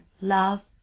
Love